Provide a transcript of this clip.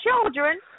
children